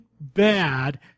bad